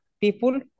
people